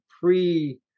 pre